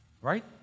right